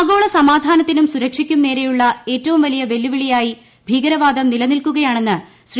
ആഗോള സമാധാനത്തിനും സുരക്ഷയ്ക്കും നേരെയുള്ള ഏറ്റവും വലിയ വെല്ലുവിളിയായി ഭീകരവാദം നിലനിൽക്കുകയാണെന്ന് ശ്രീ